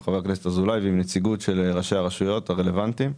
עם חבר הכנסת אזולאי ונציגות של ראשי הרשויות הרלוונטיות.